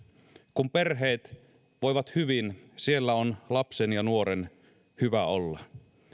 kun perheet voivat hyvin siellä on lapsen ja nuoren hyvä olla